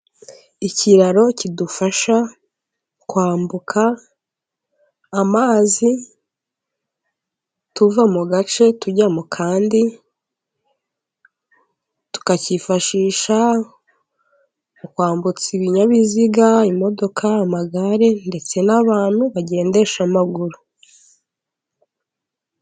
Ikiraro kidufasha kwambuka amazi, tuva mu gace tujya mu kandi, tukakifashisha mu kwambutsa ibinyabiziga imodoka, amagare ndetse n'abantu bagendesha amaguru.